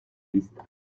lista